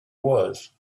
was